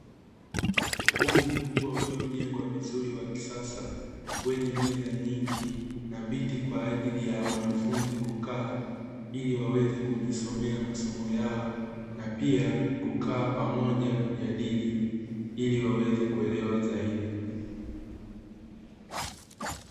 Ukumbi mkubwa uliojengwa vizuri wa kisasa, wenye meza nyingi na viti kwa ajili ya wanafunzi kukaa, ili waweze kujisomea masomo yao na pia kukaa pamoja kujadili ili waweze kuelewa zaidi.